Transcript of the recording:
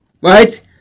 right